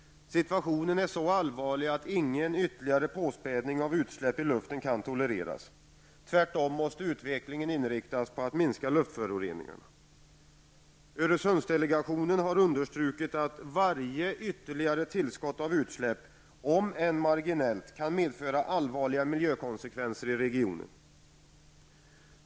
Situationen är så allvarlig att ingen ytterligare påspädning av utsläpp i luften kan tolereras. Tvärtom måste utvecklingen inriktas på att minska luftföroreningarna. Öresundsdelegationen har understrukit att varje ytterligare tillskott av utsläpp, om än marginellt, kan medföra allvarliga miljökonsekvenser i regionen.